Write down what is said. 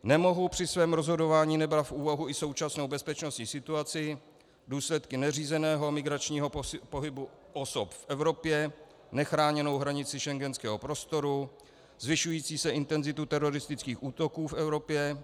Nemohu při svém rozhodování nebrat v úvahu i současnou bezpečnostní situaci, důsledky neřízeného migračního pohybu osob v Evropě, nechráněnou hranici schengenského prostoru, zvyšující se intenzitu teroristických útoků v Evropě.